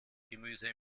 gemüse